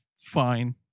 fine